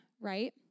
right